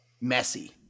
messy